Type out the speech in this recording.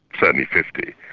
certainly fifty.